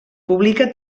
publica